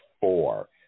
Four